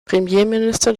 premierminister